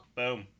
Boom